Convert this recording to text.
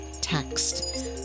text